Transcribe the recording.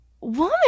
woman